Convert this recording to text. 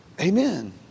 Amen